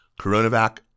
Coronavac